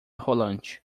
rolante